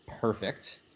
perfect